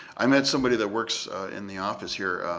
i met somebody that works in the office here